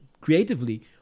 creatively